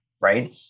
right